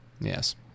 Yes